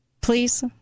Please